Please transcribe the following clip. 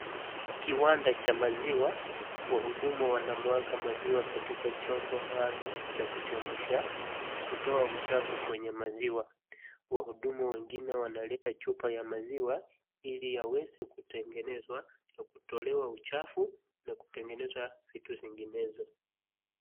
Kiwanda cha maziwa, wahudumu wanamwaga maziwa katika chombo maalum cha kuchemsha na kutoa uchafu kwenye maziwa. Wahudumu wengine wanaleta chupa ya maziwa ili yaweze kutengenezwa na kutolewa uchafu na kutengeneza vitu zinginezo.